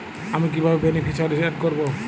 আমি কিভাবে beneficiary add করব?